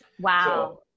Wow